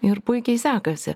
ir puikiai sekasi